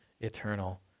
eternal